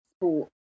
sport